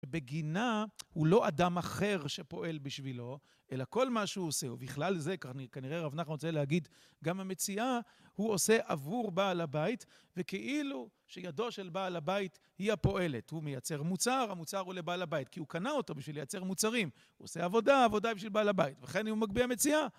בגינה, הוא לא אדם אחר שפועל בשבילו, אלא כל מה שהוא עושה, ובכלל זה, כנראה רב נחמן רוצה להגיד, גם המציאה הוא עושה עבור בעל הבית וכאילו שידו של בעל הבית היא הפועלת. הוא מייצר מוצר, המוצר הוא לבעל הבית, כי הוא קנה אותו בשביל לייצר מוצרים. הוא עושה עבודה, העבודה היא בשביל בעל הבית. לכן אם הוא מגביה מציאה